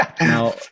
Now